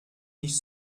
nicht